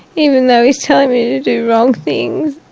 even though he's telling me to do wrong things,